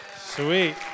Sweet